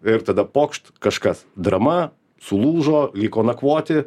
ir tada pokšt kažkas drama sulūžo liko nakvoti